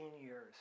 years